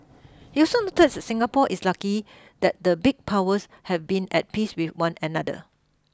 he also noted that Singapore is lucky that the big powers have been at peace with one another